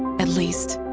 at least,